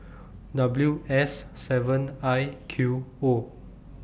W S seven I Q O